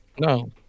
No